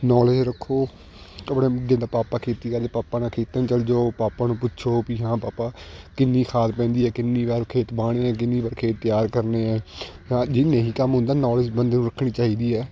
knowledge ਰੱਖੋ ਆਪਣੇ ਜਿੱਦਾਂ ਪਾਪਾ ਖੇਤੀ ਕਰਦੇ ਪਾਪਾ ਨਾਲ ਖੇਤਾਂ ਨੂੰ ਚੱਲ ਜੋ ਪਾਪਾ ਨੂੰ ਪੁੱਛੋ ਪੀ ਹਾਂ ਪਾਪਾ ਕਿੰਨੀ ਖਾਦ ਪੈਂਦੀ ਹੈ ਕਿੰਨੀ ਵਾਰ ਖੇਤ ਵਾਹੁਣੇ ਹੈ ਕਿੰਨੀ ਵਾਰ ਖੇਤ ਤਿਆਰ ਕਰਨੇ ਹੈ ਹਾਂ ਜੇ ਨਹੀਂ ਕੰਮ ਹੁੰਦਾ ਨੌਲੇਜ ਬੰਦੇ ਨੂੰ ਰੱਖਣੀ ਚਾਹੀਦੀ ਹੈ